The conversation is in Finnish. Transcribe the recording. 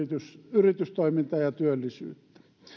yritystoimintaa ja työllisyyttä